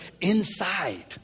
inside